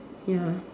ya